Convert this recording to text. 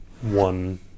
one